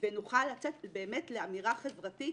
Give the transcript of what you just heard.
ונוכל לצאת לאמירה חברתית.